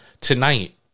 Tonight